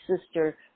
sister